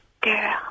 girl